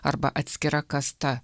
arba atskira kasta